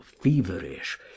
feverish